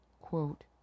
Quote